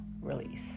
release